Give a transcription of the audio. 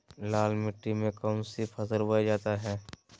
लाल मिट्टी में कौन सी फसल बोया जाता हैं?